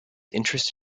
interest